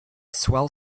swell